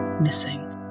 missing